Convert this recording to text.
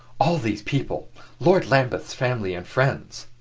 all these people lord lambeth's family and friends.